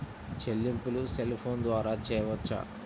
చెల్లింపులు cell phone ద్వారా చేయవచ్చా?